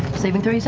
saving throw?